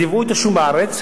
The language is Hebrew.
אז ייבאו את השום לארץ,